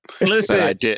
Listen